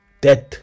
death